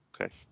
Okay